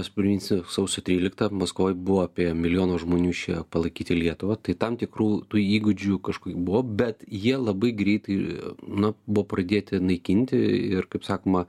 mes priminsim sausio tryliktą maskvoj buvo apie milijoną žmonių išėję palaikyti lietuvą tai tam tikrų tų įgūdžių kažkokių buvo bet jie labai greitai na buvo pradėti naikinti ir kaip sakoma